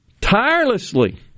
tirelessly